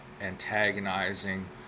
antagonizing